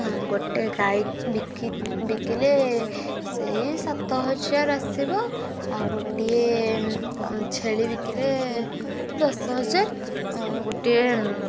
ଗୋଟେ ଗାଈ ବିକି ବିକିଲେ ସେଇ ସାତ ହଜାର ଆସିବ ଆଉ ଗୋଟିଏ ଛେଳି ବିକିଲେ ଦଶ ହଜାର ଗୋଟିଏ